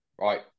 right